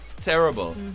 Terrible